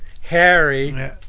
Harry